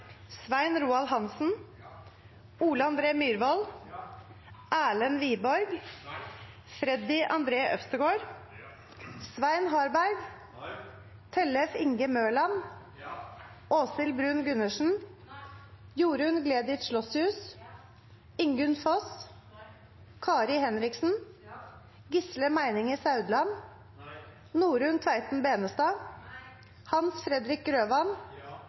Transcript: Svein Roald Hansen, Ole André Myhrvold, Freddy André Øvstegård, Tellef Inge Mørland, Jorunn Gleditsch Lossius, Kari Henriksen, Hans Fredrik Grøvan,